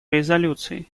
резолюции